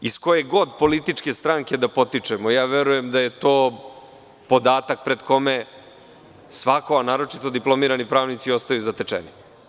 Iz koje god političke stranke da potičemo, verujem da je to podatak pred kojim svako, a naročito diplomirani pravnici, ostaje zatečen.